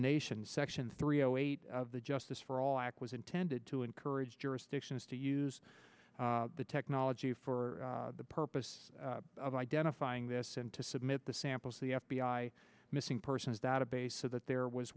section three zero eight of the justice for all act was intended to encourage jurisdictions to use the technology for the purpose of identifying this and to submit the samples the f b i missing persons database so that there was